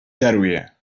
daruję